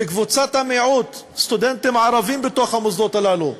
וקבוצת המיעוט, סטודנטים ערבים בתוך המוסדות הללו,